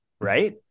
right